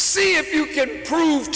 see if you can prove